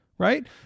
Right